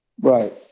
Right